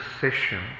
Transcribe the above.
session